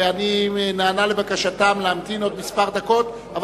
ואני נענה לבקשתם להמתין עוד דקות מספר,